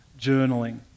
journaling